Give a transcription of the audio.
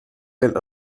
den